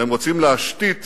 והם רוצים להשתית